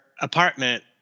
apartment